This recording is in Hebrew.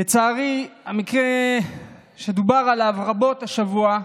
לצערי, המקרה שדובר עליו רבות השבוע,